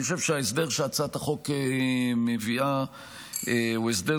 אני חושב שההסדר שהצעת החוק מביאה הוא הסדר